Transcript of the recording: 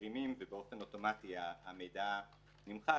שמרימים ובאופן אוטומטי המידע נמחק.